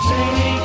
Take